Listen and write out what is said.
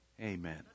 Amen